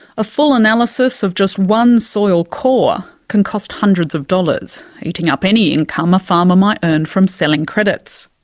a full analysis of just one soil core can cost hundreds of dollars, eating up any income a farmer might earn from selling credits.